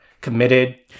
committed